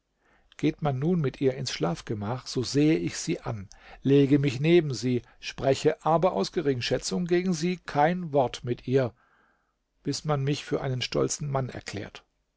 geht man nun mit ihr ins schlafgemach so sehe ich sie an lege mich neben sie spreche aber aus geringschätzung gegen sie kein wort mit ihr bis man mich für einen stolzen mann erklärt